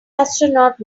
astronaut